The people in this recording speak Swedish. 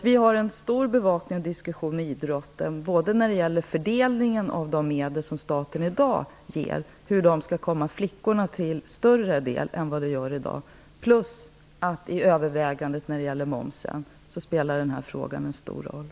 Vi har en stor bevakning av och diskussion kring idrotten när det gäller hur de medel som staten i dag fördelar skall komma flickorna till större del än vad de gör i dag. Dessutom spelar denna fråga en stor roll i övervägandet när det gäller momsen.